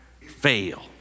fail